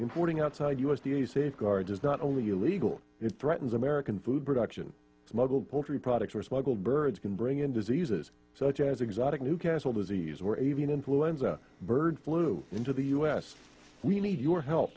importing outside u s d a safeguards is not only illegal it threatens american food production smuggled poultry products or smuggled birds can bring in diseases such as exotic new castle disease or avian influenza bird flu into the u s we need your help